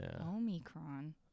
Omicron